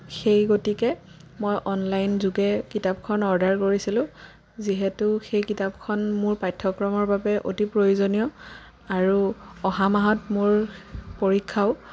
সেই গতিকে মই অনলাইন যোগে কিতাপখন অৰ্ডাৰ কৰিছিলোঁ যিহেতু সেই কিতাপখন মোৰ পাঠ্যক্ৰমৰ বাবে অতি প্ৰয়োজনীয় আৰু অহা মাহত মোৰ পৰীক্ষাও